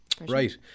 Right